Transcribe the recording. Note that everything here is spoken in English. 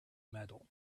medal